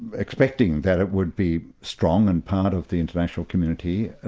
expecting that it would be strong and part of the international community,